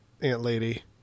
Ant-Lady